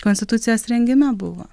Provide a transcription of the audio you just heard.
konstitucijos rengime buvo